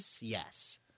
Yes